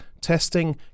Testing